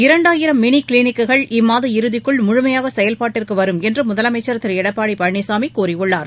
இரண்டாயிரம் மினி கிளினிக்குகள் இம்மாத இறுதிக்குள் முழுமையாகசெயல்பாட்டுக்கு வரும் என்று முதலமைச்சர் திரு எடப்பாடி பழனிசாமி கூறியுள்ளார்